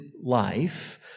life